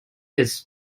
its